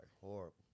horrible